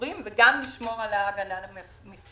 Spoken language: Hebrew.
ציבוריים וגם לשמור על ההגנה דרך המכסים.